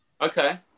okay